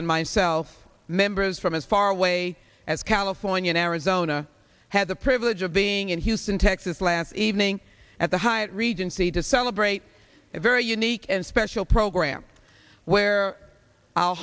and myself members from as far away as california arizona had the privilege of being in houston texas last evening at the hyatt regency to celebrate a very unique and special program where our